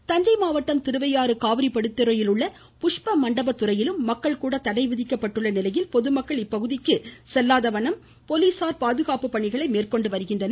அதேபோல் தஞ்சை மாவட்டம் திருவையாறு காவிரி படித்துறையில் உள்ள புஷ்ப மண்டபத்துறையிலும் மக்கள் தடை விதிக்கப்பட்டுள்ள நிலையில் கூட பொதுமக்கள் இப்பகுதிக்கு செல்லாத வண்ணம் போலீசார் பாதுகாப்பு பணிகளை மேற்கொண்டு வருகின்றனர்